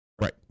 Right